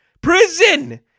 Prison